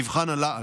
מבחן הלעג.